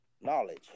Knowledge